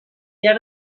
der